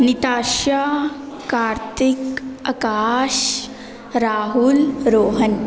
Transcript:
Nitasha Kartik Akash Rahul Rohan